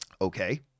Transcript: Okay